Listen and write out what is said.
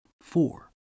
four